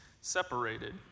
separated